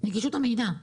בנגישות המידע.